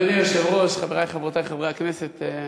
אדוני היושב-ראש, חברי, חברותי חברי הכנסת,